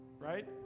right